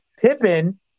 Pippen